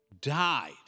died